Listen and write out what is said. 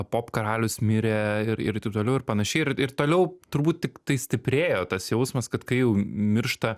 popkaralius mirė ir ir taip toliau ir panašiai ir ir toliau turbūt tiktais stiprėjo tas jausmas kad kai jau miršta